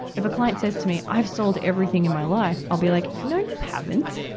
if a client says to me, i've solved everything in my life, i'll be like, no, you haven't!